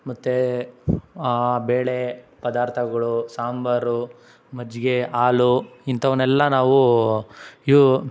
ಮತ್ತು ಬೇಳೆ ಪದಾರ್ಥಗಳು ಸಾಂಬಾರು ಮಜ್ಜಿಗೆ ಹಾಲು ಇಂಥವನ್ನೆಲ್ಲ ನಾವು ಯೂ